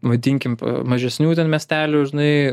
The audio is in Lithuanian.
vadinkim mažesnių miestelių žinai